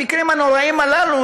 המקרים הנוראיים הללו,